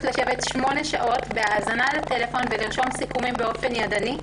לשבת שמונה שעות בהאזנה לטלפון ולרשום סיכומים באופן ידני.